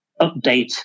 update